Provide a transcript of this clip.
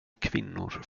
kvinnor